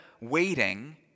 waiting